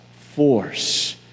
force